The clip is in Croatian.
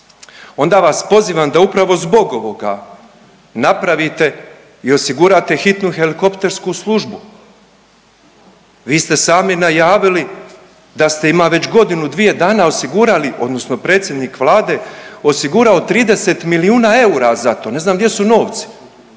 Onda vas pozivam da upravo zbog ovoga napravite i osigurate hitnu helikoptersku službu. Vi ste sami najavili da ste ima već godinu, dvije dana osigurali odnosno predsjednik Vlade osigurao 30 milijuna eura za to. Ne znam gdje su novci?